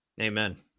Amen